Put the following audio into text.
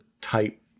type